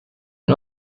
den